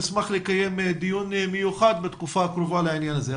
נשמח לקיים דיון מיוחד בתקופה הקרובה לעניין הזה.